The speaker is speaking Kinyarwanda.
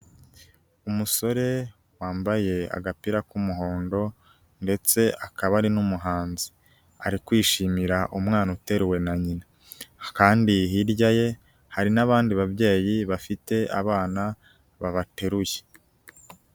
Umusore wambaye agapira k'umuhondo ndetse akaba ari n'umuhanzi, ari kwishimira umwana uteruwe na nyina kandi hirya ye hari n'abandi babyeyi bafite abana babateruye.